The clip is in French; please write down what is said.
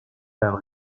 par